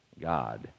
God